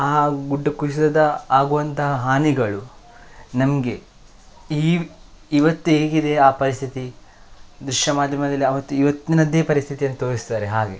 ಆ ಗುಡ್ಡ ಕುಸಿತದ ಆಗುವಂತಹ ಹಾನಿಗಳು ನಮಗೆ ಈ ಇವತ್ತು ಹೇಗಿದೆ ಆ ಪರಿಸ್ಥಿತಿ ದೃಶ್ಯ ಮಾಧ್ಯಮದಲ್ಲಿ ಅವತ್ತು ಇವತ್ತಿನದೇ ಪರಿಸ್ಥಿತಿಯನ್ನು ತೋರಿಸ್ತಾರೆ ಹಾಗೆ